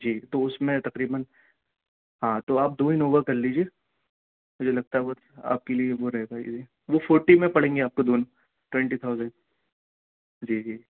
جی تو اس میں تقریباً ہاں تو آپ دو انووا کر لیجیے مجھے لگتا ہے بہت آپ کے لیے وہ رہے گا یہ وہ فورٹی میں پڑیں گے آپ کو دونوں ٹونٹی تھاؤزنڈ جی جی